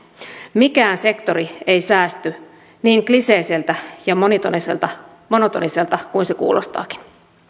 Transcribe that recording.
mikään sektori ei säästy niin kliseiseltä ja monotoniselta monotoniselta kuin se kuulostaakin